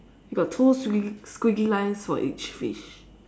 you got two squi~ squiggly lines for each fish